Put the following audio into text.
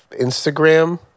Instagram